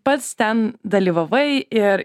pats ten dalyvavai ir